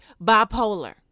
bipolar